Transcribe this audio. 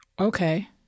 Okay